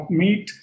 meet